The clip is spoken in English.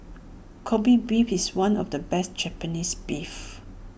Kobe Beef is one of the best Japanese Beef